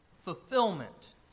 fulfillment